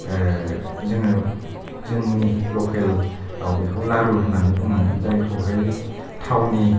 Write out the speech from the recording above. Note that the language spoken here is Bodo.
जोङो जोंनि लखेल आव बेखौ लारु होननानै बुङो जायखौहाय थावनि